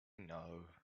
know